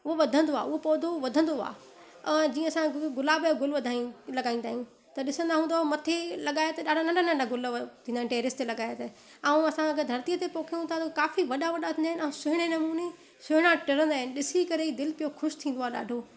उहो वधंदो आहे हूअ पौधो वधंदो आहे अ जीअं असांजो गुलाब जो ग़ुल वधायूं लॻाईंदा आहियूं त ॾिसंदा आहियूं त मथे लॻाए त ॾाढा नंढा नंढा ग़ुल थींदा आहिनि टैरिस ते लॻाए त ऐं असां अगरि धरती ते पौखियूं था त काफ़ी वॾा वॾा थींदा आहिनि ऐं सुहिणे नमूने सुहिड़ा टिरंदा आहिनि ॾिसी करे ई दिलि पियो ख़ुशि थींदो आहे ॾाढो